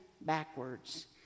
backwards